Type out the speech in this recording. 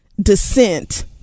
descent